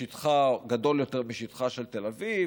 שטחה גדול יותר משטחה של תל אביב,